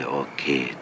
okay